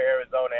Arizona